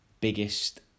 biggest